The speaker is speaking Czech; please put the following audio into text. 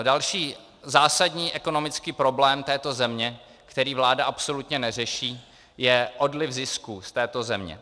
Další zásadní ekonomický problém této země, který vláda absolutně neřeší, je odliv zisků z této země.